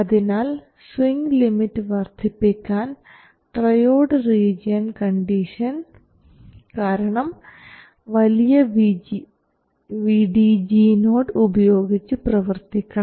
അതിനാൽ swing limit വർദ്ധിപ്പിക്കാൻ triode region condition കാരണം വലിയ VDG0 ഉപയോഗിച്ച് പ്രവർത്തിക്കണം